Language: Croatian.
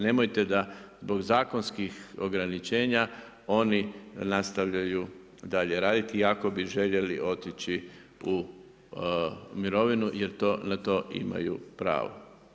Nemojte da zbog zakonskih ograničenja oni nastavljaju dalje raditi iako bi željeli otići u mirovinu, jer na to imaju pravo.